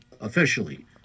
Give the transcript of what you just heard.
officially